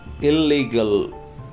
illegal